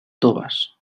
toves